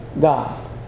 God